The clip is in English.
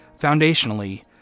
foundationally